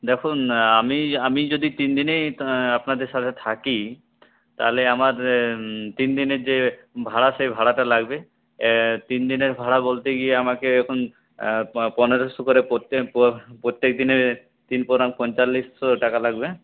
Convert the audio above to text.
দেখুন আমি আমি যদি তিন দিনই আপনাদের সাথে থাকি তাহলে আমার তিনদিনের যে ভাড়া সেই ভাড়াটা লাগবে তিন দিনের ভাড়া বলতে গিয়ে আমাকে এখন পনেরোশো করে প্রত্যেক প্রত্যেক দিনে তিন পনেরোং পঁয়তাল্লিশশো টাকা লাগবে